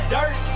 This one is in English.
Dirt